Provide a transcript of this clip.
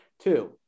Two